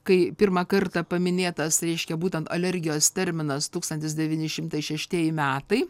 kai pirmą kartą paminėtas reiškia būtent alergijos terminas tūkstantis devyni šimtai šeštieji metai